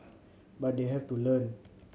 but they have to learn